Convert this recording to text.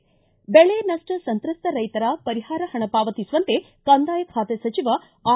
ಿ ಬೆಳೆ ನಷ್ಟ ಸಂತ್ರಸ್ತ ರೈತರ ಪರಿಹಾರ ಹಣ ಪಾವತಿಸುವಂತೆ ಕಂದಾಯ ಬಾತೆ ಸಚಿವ ಆರ್